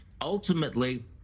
ultimately